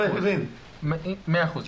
מאה אחוז.